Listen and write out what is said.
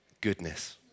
goodness